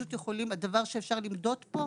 הדבר שאותו אפשר למדוד פה,